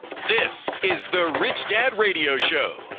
this is the rich dad radio show.